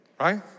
right